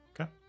Okay